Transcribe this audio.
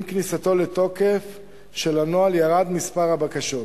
עם כניסתו לתוקף של הנוהל ירד מספר הבקשות.